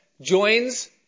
joins